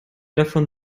davon